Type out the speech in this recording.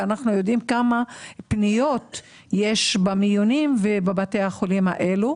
ואנחנו יודעים כמה פניות יש למיונים בבתי החולים האלה.